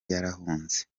yarahunze